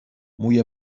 موی